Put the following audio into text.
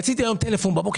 טלפון.